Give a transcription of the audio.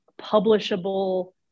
publishable